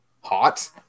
hot